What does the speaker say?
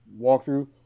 walkthrough